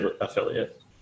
affiliate